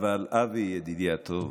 אבל אבי, ידידי הטוב,